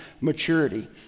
maturity